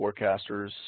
forecasters